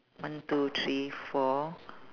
one two three four